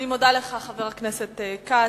אני מודה לך, חבר הכנסת כץ.